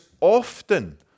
often